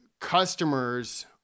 customers